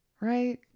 Right